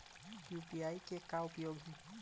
UPI के का उपयोग हे?